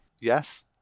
Yes